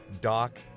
Doc